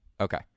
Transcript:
Okay